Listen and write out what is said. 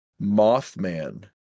Mothman